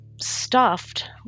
stuffed